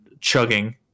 chugging